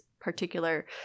particular